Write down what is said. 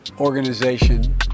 organization